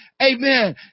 amen